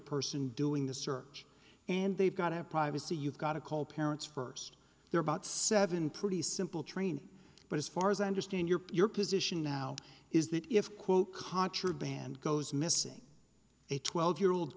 person doing the search and they've got to have privacy you've got to call parents first they're about seven pretty simple training but as far as i understand your your position now is that if quote contraband goes missing a twelve year old